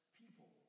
people